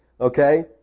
Okay